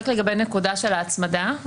לגבי ההצמדה.